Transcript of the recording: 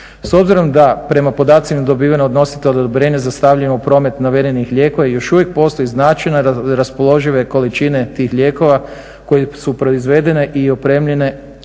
S obzirom da prema podacima dobivenih od nositelja odobrenja za stavljanje u promet navedenih lijekova, još uvijek postoji značajne raspoložive količine tih lijekova koje su proizvedene i opremljene